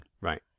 Right